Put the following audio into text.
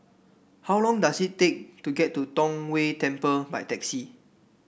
how long does it take to get to Tong Whye Temple by taxi